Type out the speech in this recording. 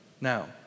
Now